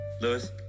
Lewis